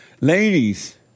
Ladies